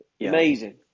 Amazing